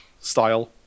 Style